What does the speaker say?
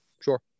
sure